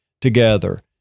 together